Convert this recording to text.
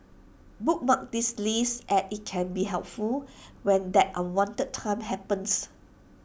bookmark this list as IT can be helpful when that unwanted time happens